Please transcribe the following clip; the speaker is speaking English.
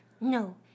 no